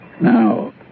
Now